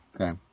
okay